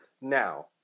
Now